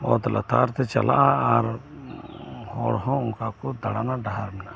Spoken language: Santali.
ᱚᱛ ᱞᱟᱛᱟᱨ ᱛᱮ ᱪᱟᱞᱟᱜᱼᱟ ᱟᱨ ᱦᱚᱲᱦᱚᱸ ᱚᱱᱠᱟᱠᱩ ᱫᱟᱬᱟᱱᱟ ᱰᱟᱦᱟᱨ ᱢᱮᱱᱟᱜᱼᱟ